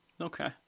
Okay